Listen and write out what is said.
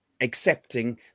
accepting